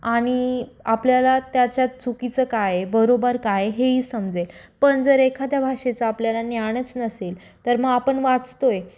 आणि आपल्याला त्याच्यात चुकीचं काय बरोबर काय हे ही समजेल पण जर एखाद्या भाषेचं आपल्याला ज्ञानच नसेल तर मग आपण वाचतो आहे